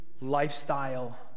lifestyle